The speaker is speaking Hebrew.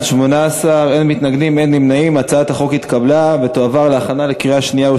ההצעה להעביר את הצעת חוק תחבורה ציבורית (תיקוני חקיקה),